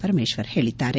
ಪರಮೇಶ್ವರ್ ಹೇಳಿದ್ದಾರೆ